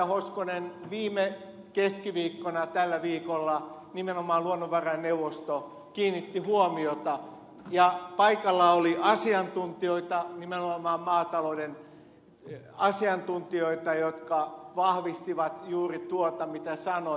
hoskonen viime keskiviikkona tällä viikolla nimenomaan luonnonvarainneuvosto kiinnitti huomiota ja paikalla oli asiantuntijoita nimenomaan maatalouden asiantuntijoita jotka vahvistivat juuri tuota mitä sanoin